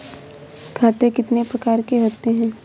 खाते कितने प्रकार के होते हैं?